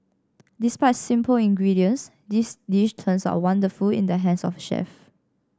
despite simple ingredients this dish turns wonderful in the hands of chef